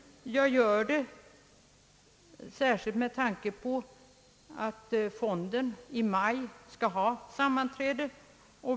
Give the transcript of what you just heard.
Jag gör det särskilt med tanke på att fondstyrelsen i maj skall ha ett sammanträde.